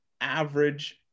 average